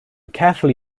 carefully